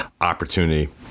opportunity